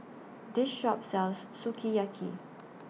This Shop sells Sukiyaki